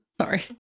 sorry